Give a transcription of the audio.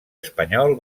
espanyol